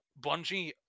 Bungie